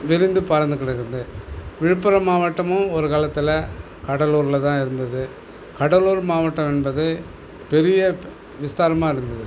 விரிந்து பரந்து கிடக்குது விழுப்புரம் மாவட்டமும் ஒரு காலத்தில் கடலூரில் தான் இருந்தது கடலூர் மாவட்டம் என்பது பெரிய விசாலமாக இருந்தது